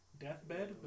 deathbed